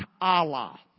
Allah